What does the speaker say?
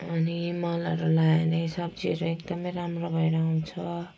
अनि मलहरू लायो भने सब्जीहरू एकदमै राम्रो भएर आउँछ